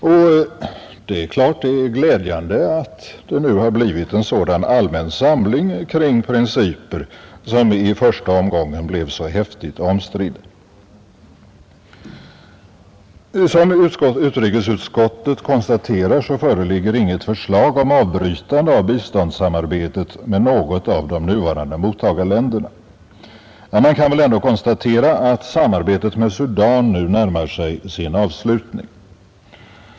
Det är klart att det är glädjande att det nu blivit en sådan allmän samling kring principer som i första omgången blev så häftigt omstridda. Som utrikesutskottet konstaterar föreligger inget förslag om avbrytande av biståndssamarbetet med något av de nuvarande mottagarländerna. Man kan väl ändå konstatera att samarbetet med Sudan nu närmar sig sin avslutning.